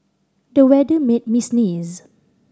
the weather made me sneeze